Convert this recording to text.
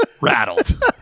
Rattled